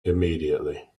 immediately